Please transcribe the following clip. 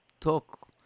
talk